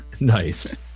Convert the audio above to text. Nice